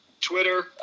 Twitter